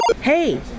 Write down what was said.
Hey